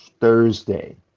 Thursday